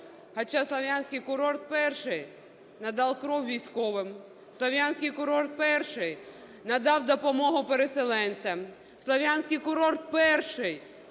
хоча Слов'янський курорт перший надав кров військовим, Слов'янський курорт перший надав допомогу переселенцям, Слов'янський курорт перший